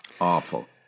Awful